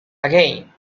again